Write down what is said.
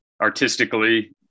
artistically